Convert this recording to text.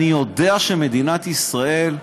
אני יודע שמדינת ישראל,